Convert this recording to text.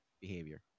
behavior